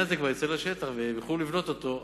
הזה כבר יצא לפועל וילכו לבנות אותו.